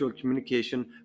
communication